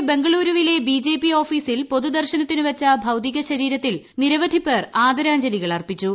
രാവിലെ ബംഗളൂരുവിലെ ബിജെപി ഓഫീസിൽ പൊതുദർശനത്തിനു വച്ച ഭൌതീക ശരീരത്തിൽ നിരവധി പേർ ആദരാഞ്ജലികൾ അർപ്പിച്ചു